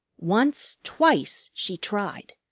once, twice, she tried.